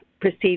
proceed